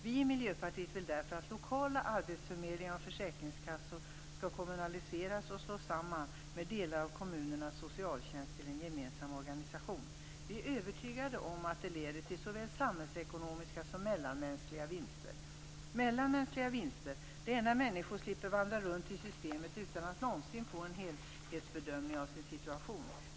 Vi i Miljöpartiet vill därför att lokala arbetsförmedlingar och försäkringskassor skall kommunaliseras och slås samman med delar av kommunernas socialtjänst till en gemensam organisation. Vi är övertygade om att det leder till såväl samhällsekonomiska som mellanmänskliga vinster. "Mellanmänskliga vinster" är när människor slipper vandra runt i systemet utan att någonsin få en helhetsbedömning av sin situation.